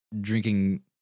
drinking